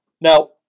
Now